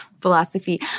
philosophy